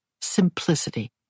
simplicity